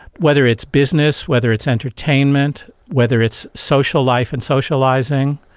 whether it's business, whether it's entertainment, whether it's social life and socialising,